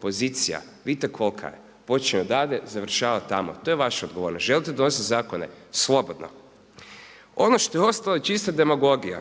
pozicija, vidite kolika je, počinje odavde i završava tamo. To je vaša odgovornost. Želite donositi zakone? Slobodno. Ono što je ostalo je čista demagogija.